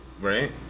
Right